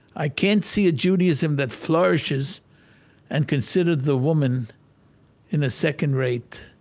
i can't see a judaism that flourishes and consider the woman in a second-rate,